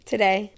Today